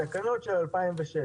התקנות של 2016,